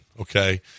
okay